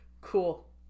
Cool